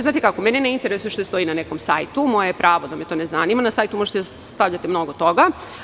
Znate kako, mene ne interesuje šta stoji na nekom sajtu, moje je pravo da me to ne zanima, na sajtu možete stavljati mnogo toga.